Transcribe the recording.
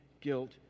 guilt